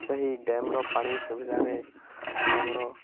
ସେହି ଡ୍ୟାମ୍ର ପାଣି ସୁବିଧାରେ ଆମର